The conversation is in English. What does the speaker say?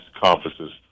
conferences